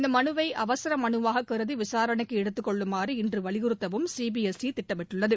இந்த மனுவை அவசர மனுவாகக் கருதி விசாரணைக்கு எடுத்துக் கொள்ளுமாறு இன்று வலியுறுத்தவும் சிபிஎஸ்ஈ திட்டமிட்டுள்ளது